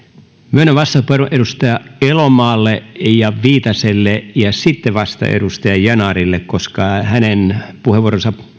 myönnän vastauspuheenvuoron edustaja elomaalle ja edustaja viitaselle ja sitten vasta edustaja yanarille koska hänen puheenvuoronsa